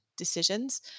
decisions